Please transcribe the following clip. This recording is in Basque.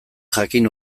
jakin